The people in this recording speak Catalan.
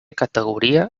categoria